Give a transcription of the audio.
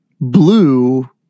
Blue